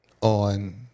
on